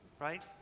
right